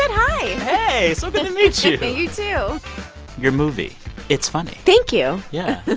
hi hey. so good to meet you but you, too your movie it's funny thank you yeah.